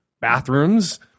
Bathrooms